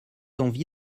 envie